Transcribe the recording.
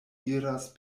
iras